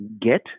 get